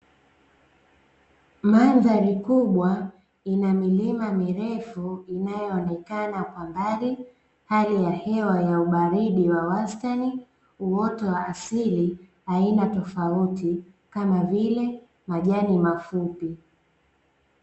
Mandhari kubwa ina milima mirefu inayoonekana kwa mbali, hali ya hewa ya ubaridi wa wastani, uoto wa asili aina tofauti kama vile majani mafupi.